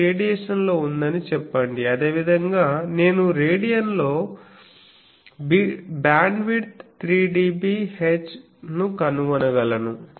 ఇది రేడియన్లో ఉందని చెప్పండి అదేవిధంగా నేను రేడియన్లో 3dBH ను కనుగొనగలను